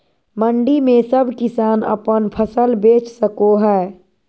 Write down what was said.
मंडी में सब किसान अपन फसल बेच सको है?